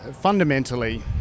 fundamentally